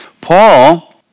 Paul